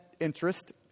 interest